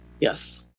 yes